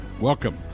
Welcome